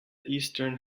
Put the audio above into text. eastern